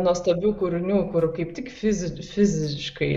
nuostabių kūrinių kur kaip tik fizi fiziškai